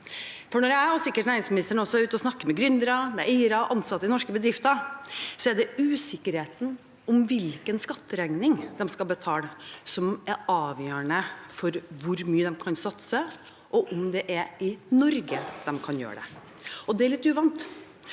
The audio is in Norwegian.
Når jeg og sikkert næringsministeren også er ute og snakker med gründere, eiere og ansatte i norske bedrifter, er det usikkerheten om hvilken skatteregning de skal betale, som er avgjørende for hvor mye de kan satse, og om det er i Norge de kan gjøre det. Det